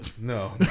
no